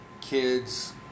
kids